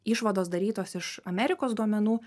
išvados darytos iš amerikos duomenų